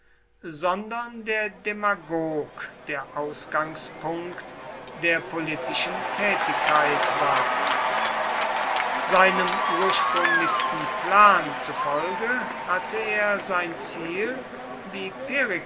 sondern der demagog der ausgangspunkt der politischen tätigkeit war seinem ursprünglichsten plan zufolge hatte er sein ziel wie